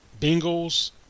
Bengals